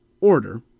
order